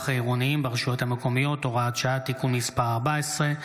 העירוניים ברשויות המקומיות (הוראת שעה) (תיקון מס' 14),